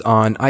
on